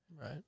Right